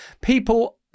people